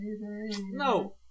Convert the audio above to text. No